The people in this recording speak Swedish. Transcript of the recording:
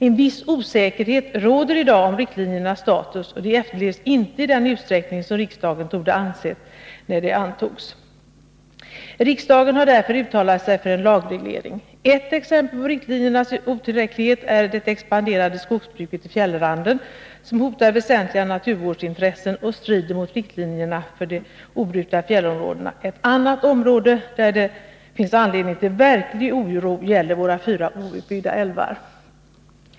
En viss osäkerhet råder i dag om riktlinjernas status, och de efterlevs inte i den utsträckning som riksdagen torde ha avsett när de antogs. Riksdagen har därför uttalat sig för en lagreglering. Ett exempel på riktlinjernas otillräcklighet är det expanderande skogsbruket i fjällranden, som hotar väsentliga naturvårdsintressen och strider mot riktlinjerna för de obrutna fjällområdena. Ett annat område där det finns anledning till verklig oro gäller våra fyra outbyggda älvar.